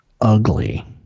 ugly